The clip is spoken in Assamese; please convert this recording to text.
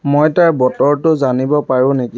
মই তাৰ বতৰটো জানিব পাৰোঁ নেকি